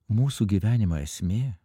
mūsų gyvenimo esmė